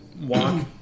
walk